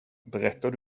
berättar